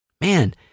man